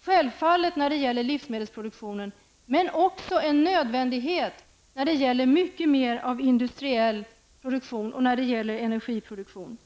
Detta är självfallet när det gäller livsmedelsproduktionen. Men det är också nödvändigt att jordbruket ses som en framtidsnäring när det gäller mycket mer av industriell produktion och när det gäller energiproduktion.